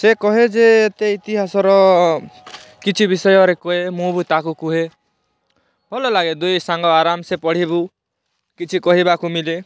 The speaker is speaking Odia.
ସେ କହେ ଯେ ଏତେ ଇତିହାସର କିଛି ବିଷୟରେ କୁହେ ମୁଁ ବି ତାକୁ କୁହେ ଭଲ ଲାଗେ ଦୁଇ ସାଙ୍ଗ ଆରାମ ସେ ପଢ଼ିବୁ କିଛି କହିବାକୁ ମିଲେ